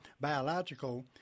biological